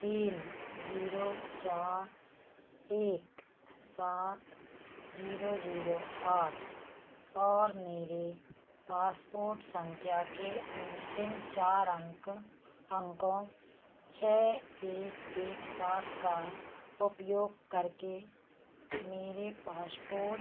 तीन जीरो चार एक सात जीरो जीरो आठ और पासपोर्ट संख्या के अंतिम चार अंक अंकों छः एक एक सात का उपयोग करके मेरे पासपोर्ट